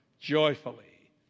joyfully